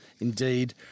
indeed